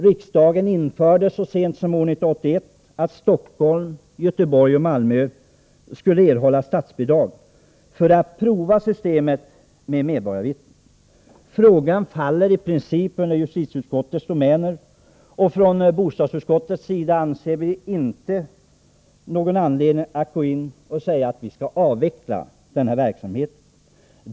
Riksdagen införde så sent som år 1981 statsbidrag till Stockholm, Göteborg och Malmö för att man där skulle kunna prova systemet med medborgarvittnen. Frågan faller i princip under justitieutskottet, och från bostadsutskottets sida anser vi inte att det finns någon anledning att nu säga att verksamheten skall avvecklas.